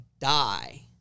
die